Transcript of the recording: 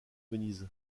venise